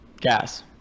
Gas